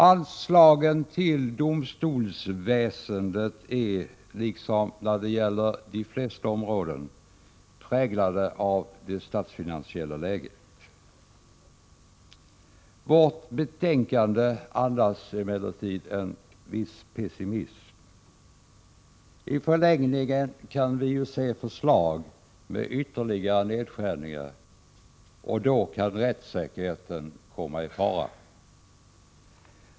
Anslagen till domstolsväsendet är, som till de flesta områden, präglade av det statsfinansiella läget. Vårt betänkande andas emellertid en viss pessimism. I förlängningen kan vi ju se förslag om ytterligare nedskärningar, och då kan rättssäkerheten komma i fara.